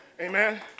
Amen